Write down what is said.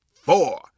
four